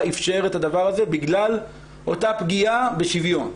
איפשר את הדבר הזה בגלל אותה פגיעה בשוויון.